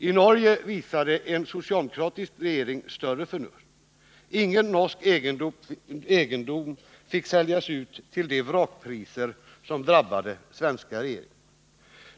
I Norge visade en socialdemokratisk regering större förnuft — ingen norsk egendom fick säljas ut till de vrakpriser som drabbade svenska redare.